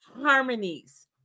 harmonies